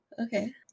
Okay